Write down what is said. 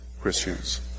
Christians